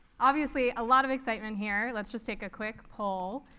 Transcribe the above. obviously, a lot of excitement here. let's just take a quick poll.